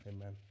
Amen